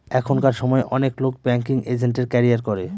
এখনকার সময় অনেক লোক ব্যাঙ্কিং এজেন্টের ক্যারিয়ার করে